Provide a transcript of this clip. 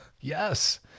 Yes